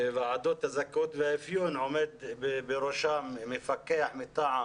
ובראש ועדות הזכאות והאפיון עומד מפקח מטעם